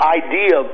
idea